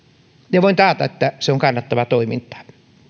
ja voin taata että se on kannattavaa toimintaa